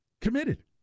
Committed